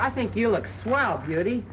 i think you'll like swell beauty